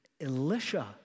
Elisha